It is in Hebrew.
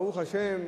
ברוך השם,